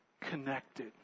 connected